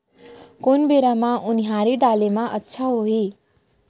कोन बेरा म उनहारी डाले म अच्छा होही?